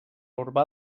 urbà